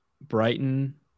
Brighton